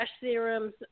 serums